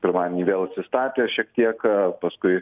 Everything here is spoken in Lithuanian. pirmadienį vėl atsistatė šiek tiek paskui